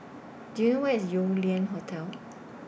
Do YOU know Where IS Yew Lian Hotel